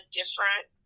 different